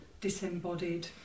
disembodied